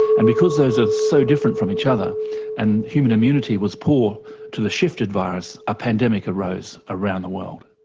and because those are so different from each other and human immunity was poor to the shifted virus, a pandemic arose around the world.